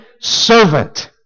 servant